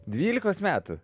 dvylikos metų